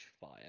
fire